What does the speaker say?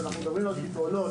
כשאנחנו מדברים על פתרונות,